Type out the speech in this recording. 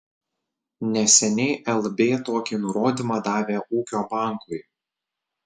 neseniai lb tokį nurodymą davė ūkio bankui